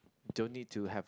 don't need to have